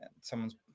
someone's